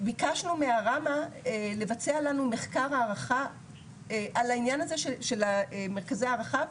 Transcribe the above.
ביקשנו מהראמ"ה לבצע לנו מחקר הערכה על העניין הזה של מרכזי ההערכה,